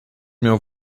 miał